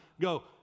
go